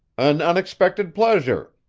an unexpected pleasure,